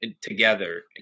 together